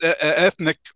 ethnic